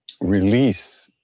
release